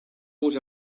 vos